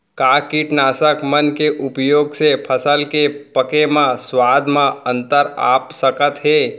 का कीटनाशक मन के उपयोग से फसल के पके म स्वाद म अंतर आप सकत हे?